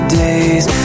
days